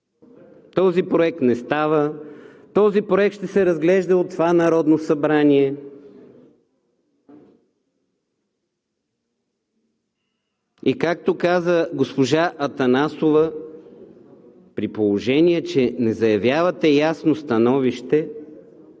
този проект не става, този проект ще се разглежда от това Народно събрание, както каза госпожа Атанасова. При положение че не заявявате ясно становище